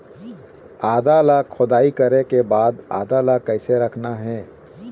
आदा ला खोदाई करे के बाद आदा ला कैसे रखना हे?